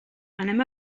anem